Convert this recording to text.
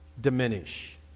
diminish